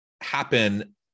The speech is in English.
happen